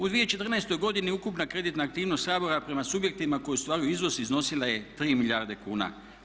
U 2014. godini ukupna kreditna aktivnost Sabora prema subjektima koji ostvaruju iznos iznosila je 3 milijarde kuna.